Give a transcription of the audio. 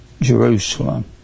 Jerusalem